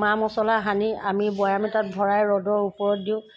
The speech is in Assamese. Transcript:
মা মচলা সানি আমি বৈয়াম এটাত ভৰাই ৰ'দৰ ওপৰত দিওঁ